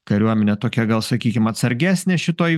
kariuomenė tokia gal sakykim atsargesnė šitoj